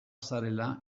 zarela